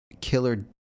killer